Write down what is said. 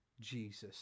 Jesus